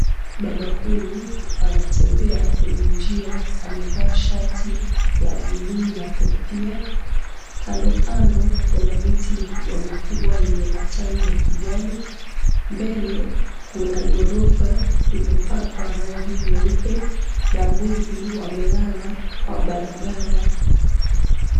Baba huyu anatembea kwenye njia.,amevaa shati ya bluu na kofia. Kando kando kuna miti mikubwa mikubwa yenye matawi ya kijani. Mbele kuna ghorofa imepakwa rangi nyeupe na mbuzi wamelala kwa barabara.